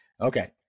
Okay